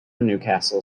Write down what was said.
newcastle